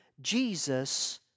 Jesus